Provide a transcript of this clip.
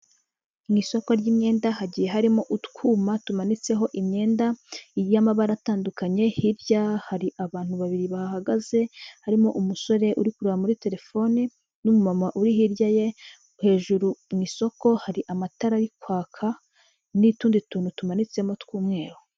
Mu isoko ry'imyenda hagiye harimo utwuma tumanitseho imyenda y'amabara atandukanye. Hirya hari abantu babiri bahagaze, harimo umusore uri kureba muri telefone n'umumama uri hirya ye. Hejuru mu isoko hari amatara ari kwaka n'utundi tuntu tumanitsemo tw'umweru.